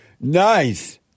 Nice